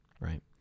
right